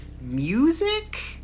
music